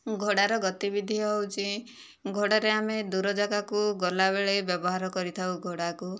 ଘୋଡ଼ାର ଗତିବିଧି ହେଉଛି ଘୋଡ଼ାରେ ଆମେ ଦୂର ଯାଗାକୁ ଗଲାବେଳେ ବ୍ୟବହାର କରିଥାଉ ଘୋଡ଼ାକୁ